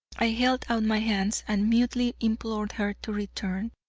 i held out my hands and mutely implored her to return.